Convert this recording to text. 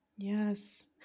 Yes